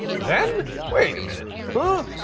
then? wait a minute. huh?